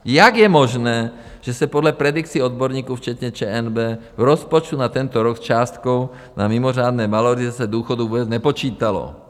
Jak je možné, že se podle predikcí odborníků včetně ČNB v rozpočtu na tento rok s částkou na mimořádné valorizace důchodů vůbec nepočítalo?